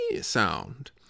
sound